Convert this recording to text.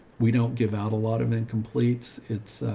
we don't give out a lot of incompletes. it's,